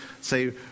Say